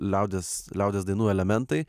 liaudies liaudies dainų elementai